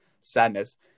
sadness